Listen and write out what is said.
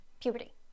puberty